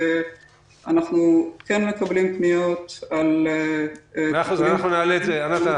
אנחנו כן מקבלים פניות על --- מאה אחוז, ענת.